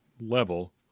level